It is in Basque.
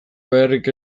beharrik